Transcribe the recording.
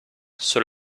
ceux